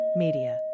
media